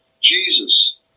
Jesus